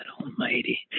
almighty